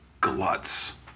gluts